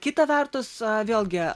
kitą vertus vėlgi